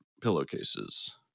pillowcases